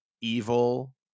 evil